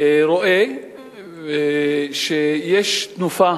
רואה שיש תנופה